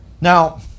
Now